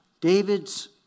David's